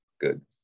good